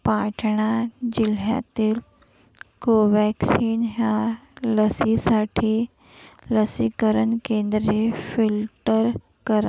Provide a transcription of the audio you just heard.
पाटणा जिल्ह्यातील कोवॅक्सिन ह्या लसीसाठी लसीकरण केंद्रे फिल्टर करा